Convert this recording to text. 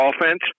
offense